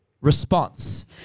response